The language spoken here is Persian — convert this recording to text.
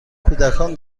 کودکان